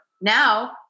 now